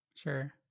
Sure